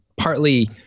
partly